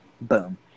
Boom